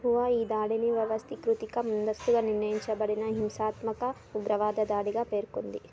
Xinhua ఈ దాడిని వ్యవస్థీకృతిక ముందస్తుగా నిర్ణయించబడిన హింసాత్మక ఉగ్రవాద దాడిగా పేర్కొంది